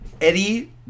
Eddie